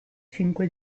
cinque